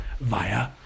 via